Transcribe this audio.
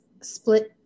split